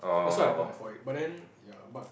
that's why I applied for it but then ya but